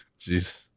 Jeez